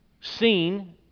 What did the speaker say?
seen